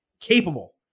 capable